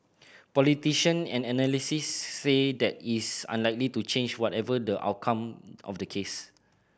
politician and analysts say that is unlikely to change whatever the outcome of the case